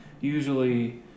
Usually